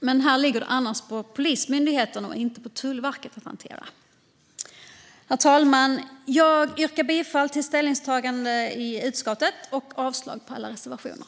Men detta ligger det annars på Polismyndigheten och inte på Tullverket att hantera. Herr talman! Jag yrkar bifall till utskottets förslag och avslag på alla reservationer.